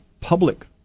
public